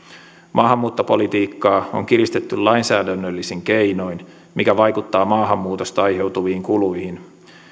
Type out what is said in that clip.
maahanmuuttopolitiikkaa on kiristetty lainsäädännöllisin keinoin mikä vaikuttaa maahanmuutosta aiheutuviin kuluihin